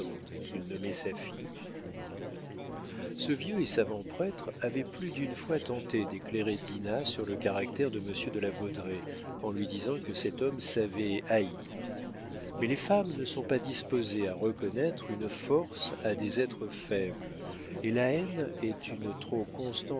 qu'il nommait sa fille ce vieux et savant prêtre avait plus d'une fois tenté d'éclairer dinah sur le caractère de monsieur de la baudraye en lui disant que cet homme savait haïr mais les femmes ne sont pas disposées à reconnaître une force à des êtres faibles et la haine est une trop constante